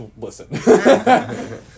Listen